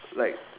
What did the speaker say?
like